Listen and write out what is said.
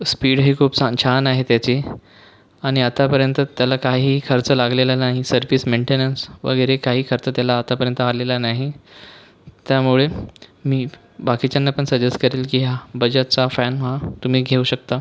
स्पीडही खूप छा छान आहे त्याची आणि आतापर्यंत त्याला काही खर्च लागलेला नाही सर्विस मेंटेनन्स वगैरे काही खर्च त्याला आतापर्यंत आलेला नाही त्यामुळे मी बाकीच्यांना पण सजेस्ट करेल की हा बजाजचा फॅन हा तुम्ही घेऊ शकता